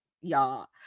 y'all